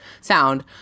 sound